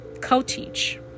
co-teach